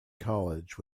college